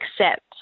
accept